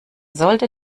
sollte